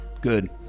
Good